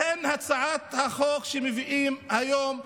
הצעת החוק שמביאים היום,